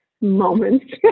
moments